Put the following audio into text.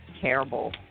terrible